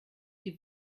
die